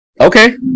okay